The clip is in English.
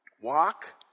Walk